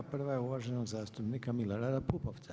Prva je uvaženog zastupnika Milorada Pupovca.